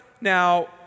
Now